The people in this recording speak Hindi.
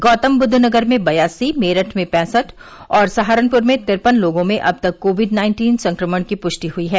गौतमबुद्ध नगर में बयासी मेरठ में पैंसठ और सहारनपुर में तिरपन लोगों में अब तक कोविड नाइन्टीन संक्रमण की पुष्टि हुई है